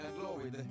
glory